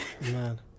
Man